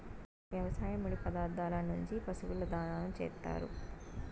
వ్యవసాయ ముడి పదార్థాల నుంచి పశువుల దాణాను చేత్తారు